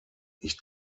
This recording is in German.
ich